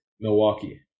Milwaukee